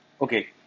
Okay